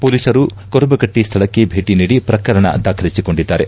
ಪೊಲೀಸರು ಕುರುಬಗಟ್ಟ ಸ್ಥಳಕ್ಕೆ ಭೇಟ ನೀಡಿ ಪ್ರಕರಣ ದಾಖಲಿಸಿಕೊಂಡಿದ್ದಾರೆ